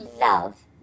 Love